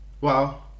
Wow